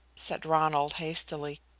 said ronald, hastily,